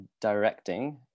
directing